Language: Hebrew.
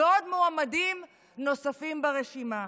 ועוד מועמדים נוספים ברשימה.